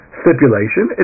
stipulation